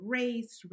race